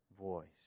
voice